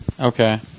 Okay